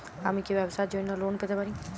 আমি কি ব্যবসার জন্য লোন পেতে পারি?